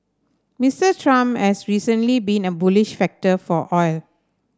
Mister Trump has recently been a bullish factor for oil